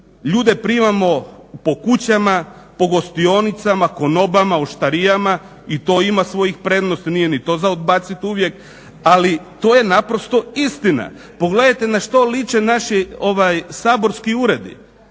ljude primamo po kućama, po gostionicama, konobama, oštarijama i to ima svojih prednosti, nije ni to za odbacit uvijek, ali to je naprosto istina. Pogledajte na što liče naši saborski uredi,